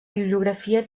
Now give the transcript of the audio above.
bibliografia